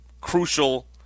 crucial